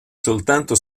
soltanto